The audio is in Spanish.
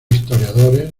historiadores